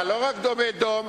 אתה לא רק עומד דום,